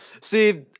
See